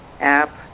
app